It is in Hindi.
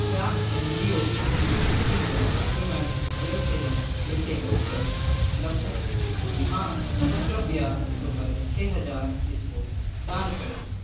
क्या एन जी ओ की सूची में ह्यूमन वेलफेयर चैरिटेबल ट्रस्ट उपलब्ध है यदि हाँ तो कृपया रूपये छः हजार इसको दान करें